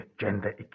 gender